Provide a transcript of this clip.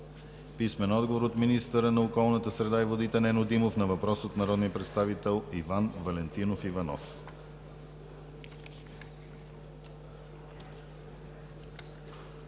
Александрова; - министъра на околната среда и водите Нено Димов на въпрос от народния представител Иван Валентинов Иванов.